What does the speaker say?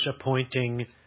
appointing